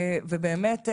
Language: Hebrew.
אז באמת,